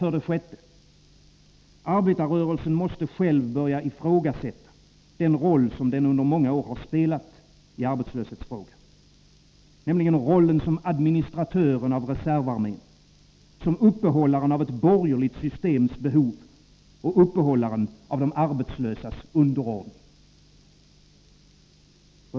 För det sjätte måste arbetarrörelsen själv börja ifrågasätta den roll som den under så många år har spelat i arbetslöshetsfrågan, nämligen rollen som administratören av reservarmén, som uppehållaren av ett borgerligt systems behov och som uppehållaren av de arbetslösas underordnande.